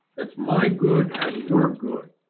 that's my good and your good,